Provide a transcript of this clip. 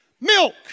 milk